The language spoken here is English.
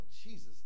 Jesus